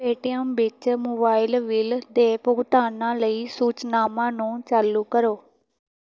Paytm ਵਿੱਚ mobile bill ਦੇ ਭੁਗਤਾਨਾਂ ਲਈ ਸੂਚਨਾਵਾਂ ਨੂੰ ਚਾਲੂ ਕਰੋ